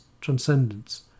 transcendence